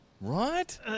Right